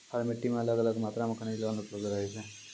हर मिट्टी मॅ अलग अलग मात्रा मॅ खनिज लवण उपलब्ध रहै छै